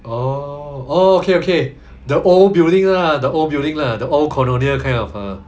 oh okay okay the old building lah the old building lah the old colonial kind of err